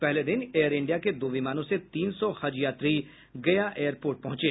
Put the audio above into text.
पहले दिन Air India के दो विमानों से तीन सौ हज यात्री गया एयरपोर्ट पहुंचे